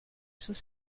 sus